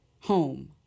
home